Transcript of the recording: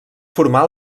formar